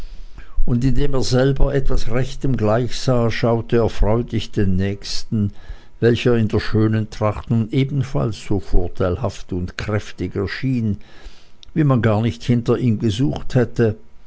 und indem er selber etwas rechtem gleichsah schaute er freudig den nächsten welcher in der schönen tracht nun ebenfalls so vorteilhaft und kräftig erschien wie man gar nicht hinter ihm gesucht hätte